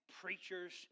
preachers